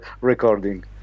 recording